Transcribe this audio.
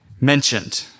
mentioned